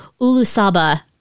Ulusaba